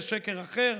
זה שקר אחר.